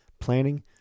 Planning